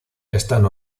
están